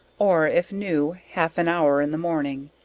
or if new half an hour in the morning,